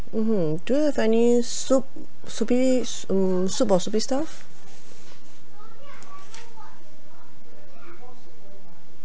mmhmm do you have any soup soup based hmm soup or soup based stuff